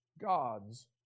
God's